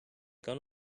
gun